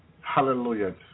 Hallelujah